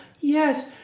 Yes